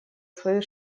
свою